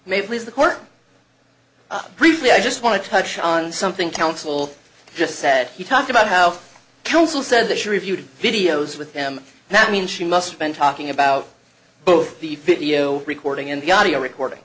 may please the court briefly i just want to touch on something counsel just said he talked about how counsel said that she reviewed videos with them that means she must have been talking about both the video recording and the audio recording